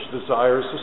desires